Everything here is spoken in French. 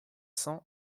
cents